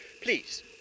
Please